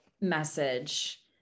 message